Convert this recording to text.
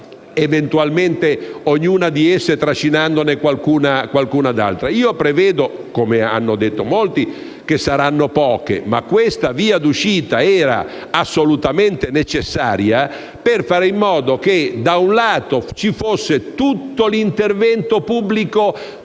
eventualmente ognuna di esse trascinandone qualcuna delle altre. Prevedo, come hanno detto in molti, che saranno poche, ma questa via d'uscita era assolutamente necessaria per fare in modo che, da un lato, ci fosse tutto l'intervento pubblico,